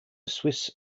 swiss